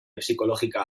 psicológica